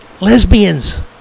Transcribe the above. lesbians